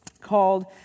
called